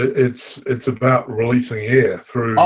it's it's about releasing air,